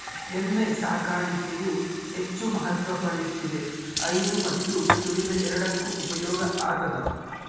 ಎಮ್ಮೆ ಸಾಕಾಣಿಕೆಯು ಹೆಚ್ಚು ಮಹತ್ವ ಪಡೆಯುತ್ತಿದೆ ಹೈನು ಮತ್ತು ದುಡಿಮೆ ಎರಡಕ್ಕೂ ಉಪಯೋಗ ಆತದವ